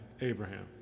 Abraham